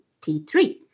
T3